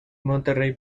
monterey